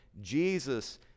Jesus